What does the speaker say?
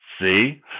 See